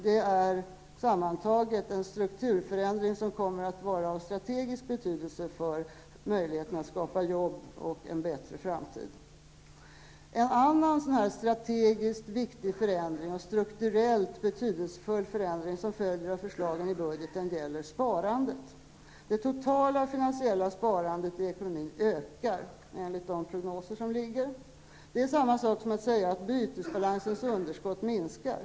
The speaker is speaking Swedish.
Det är sammantaget en strukturförändring som kommer att vara av strategisk betydelse för möjligheterna att skapa jobb och en bättre framtid. En annan strategiskt viktig och strukturellt betydelsefull förändring som följer av förslagen i budgeten gäller sparandet. Det totala finansiella sparandet i ekonomin ökar, enligt de prognoser som föreligger. Det är samma sak som att säga att bytesbalansens underskott minskar.